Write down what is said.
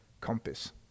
compass